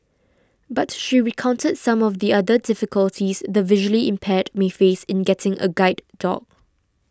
but she recounted some of the other difficulties the visually impaired may face in getting a guide dog